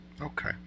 Okay